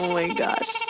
my gosh.